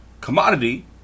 Commodity